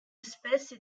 espèce